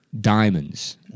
Diamonds